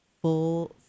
full